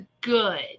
good